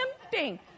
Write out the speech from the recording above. tempting